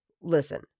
Listen